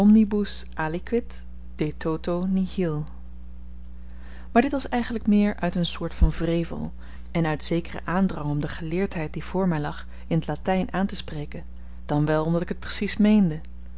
nihil maar dit was eigenlyk meer uit een soort van wrevel en uit zekeren aandrang om de geleerdheid die voor my lag in t latyn aantespreken dan wel omdat ik het precies meende